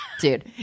dude